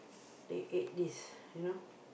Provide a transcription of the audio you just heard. they ate this you know